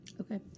Okay